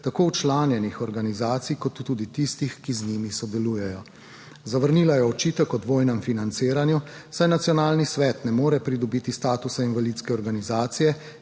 tako včlanjenih organizacij kot tudi tistih, ki z njimi sodelujejo. Zavrnila je očitek o dvojnem financiranju, saj nacionalni svet ne more pridobiti statusa invalidske organizacije